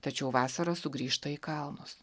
tačiau vasarą sugrįžta į kalnus